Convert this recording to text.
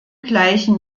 gleichen